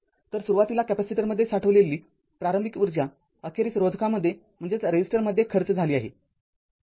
तर सुरुवातीला कॅपेसिटरमध्ये साठवलेली प्रारंभिक ऊर्जा अखेरीस रोधकामध्ये खर्च झाली आहे